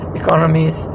economies